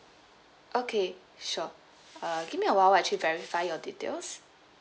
okay sure uh give me awhile I'll actually verify your details